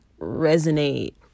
resonate